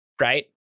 right